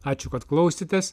ačiū kad klausėtės